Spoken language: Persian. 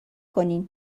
کنین